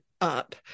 up